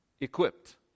equipped